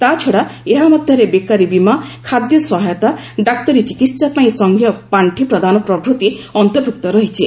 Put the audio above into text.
ତା'ଛଡ଼ା ଏହାମଧ୍ୟରେ ବେକାରୀ ବୀମା ଖାଦ୍ୟ ସହାୟତା ଡାକ୍ତରୀ ଚିକିତ୍ସା ପାଇଁ ସଂଘୀୟ ପାର୍ଷି ପ୍ରଦାନ ପ୍ରଭୃତି ଅନ୍ତର୍ଭୁକ୍ତ ରହିଛି